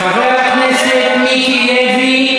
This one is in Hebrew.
חבר הכנסת מיקי לוי.